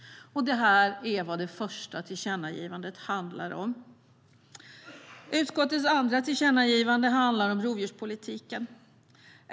Detta är vad det första tillkännagivandet handlar om. Utskottets andra tillkännagivande handlar om rovdjurspolitiken.